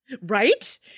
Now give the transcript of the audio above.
Right